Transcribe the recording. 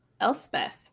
Elspeth